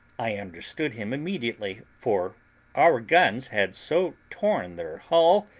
i understood him immediately, for our guns had so torn their hull,